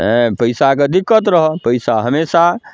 हेँ पइसाके दिक्कत रहै पइसा हमेशा